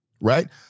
Right